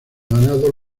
ganado